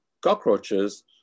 cockroaches